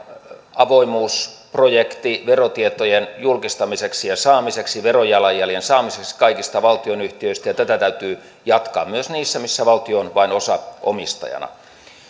avoimuusprojekti verotietojen julkistamiseksi ja saamiseksi verojalanjäljen saamiseksi kaikista valtionyhtiöistä ja tätä täytyy jatkaa myös niissä missä valtio on vain osaomistajana